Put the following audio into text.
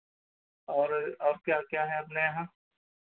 और और क्या क्या है अपने यहाँ